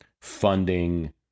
funding